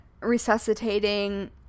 resuscitating